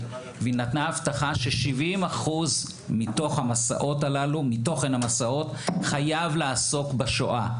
והיא נתנה הבטחה ש-70 אחוזים מתוכן המסעות הללו חייב לעסוק בשואה.